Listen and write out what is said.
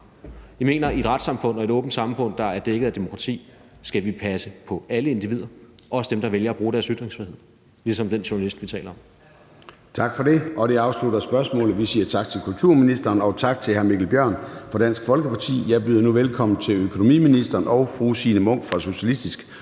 Jeg mener, at i et retssamfund og et åbent samfund, der er dækket af demokrati, skal vi passe på alle individer, også dem, der vælger at bruge deres ytringsfrihed, ligesom den journalist, vi taler om.